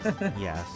Yes